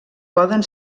poden